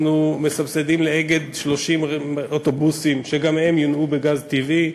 אנחנו מסבסדים ל"אגד" 30 אוטובוסים שגם הם יונעו בגז טבעי.